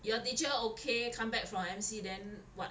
your teacher okay come back from M_C then what